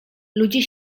ludzie